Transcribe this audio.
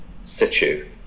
situ